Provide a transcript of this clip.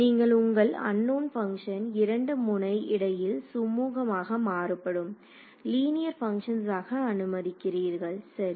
நீங்கள் உங்கள் unknown function 2 முனை இடையில் சுமுகமாக மாறுபடும் லீனியர் பங்க்ஷன்ஸாக அனுமதிக்கிறீர்கள் சரி